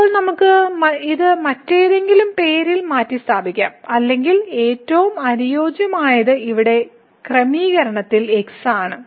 ഇപ്പോൾ നമുക്ക് ഇത് മറ്റേതെങ്കിലും പേരിൽ മാറ്റിസ്ഥാപിക്കാം അല്ലെങ്കിൽ ഏറ്റവും അനുയോജ്യമായത് ഇവിടെ ക്രമീകരണത്തിൽ x ആണ്